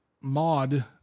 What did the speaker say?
mod